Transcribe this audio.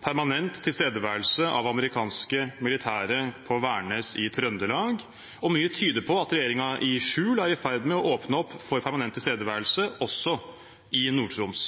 permanent tilstedeværelse av amerikanske militære på Værnes i Trøndelag, og mye tyder på at regjeringen i skjul er i ferd med å åpne opp for permanent tilstedeværelse også i Nord-Troms.